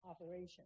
operation